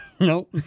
Nope